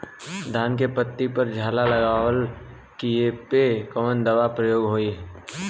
धान के पत्ती पर झाला लगववलन कियेपे कवन दवा प्रयोग होई?